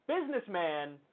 businessman